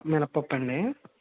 మినపప్పు అండి